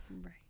Right